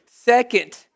Second